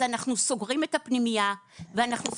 אז אנחנו סוגרים את הפנימייה, ואנחנו סגרנו,